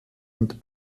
und